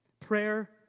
Prayer